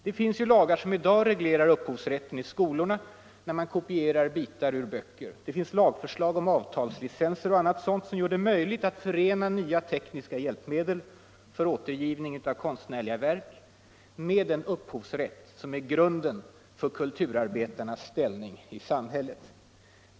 Det finns ju lagar som i dag reglerar upphovsrätten i skolorna, när man t.ex. kopierar stycken ur böcker. Det finns lagförslag om avtalslicenser och annat sådant som gör det möjligt att förena nya tekniska hjälpmedel för återgivning av konstnärliga verk med den upphovsrätt som är grunden för kulturarbetarnas ställning i samhället.